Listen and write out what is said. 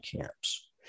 camps